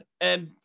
And-